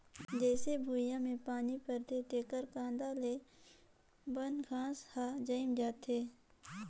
जईसे भुइयां में पानी परथे तेकर कांदा ले बन घास हर जायम जाथे